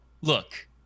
look